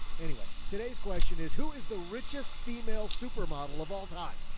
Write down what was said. anyway, today's question is who is the richest female supermodel of all time?